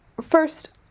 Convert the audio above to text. first